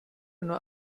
nur